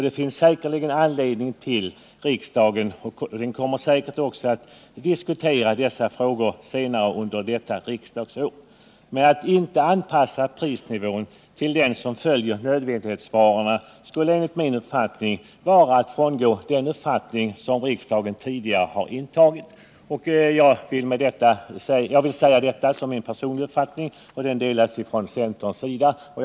Det kommer troligen att bli anledning för riksdagen att senare under detta riksdagsår diskutera dessa frågor. Det kommer vi också med all säkerhet att göra. Men om man inte anpassar prisnivån till den som gäller för nödvändighetsvarorna, har man enligt min uppfattning frångått den ståndpunkt som riksdagen tidigare har intagit. Jag ville säga detta som min personliga uppfattning, och den delas även av centerpartiet i övrigt.